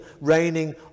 reigning